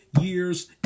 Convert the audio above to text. years